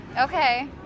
Okay